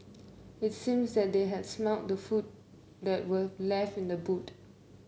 it seemed that they had smelt the food that were left in the boot